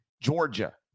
Georgia